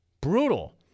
brutal